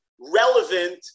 relevant